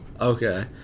Okay